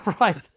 right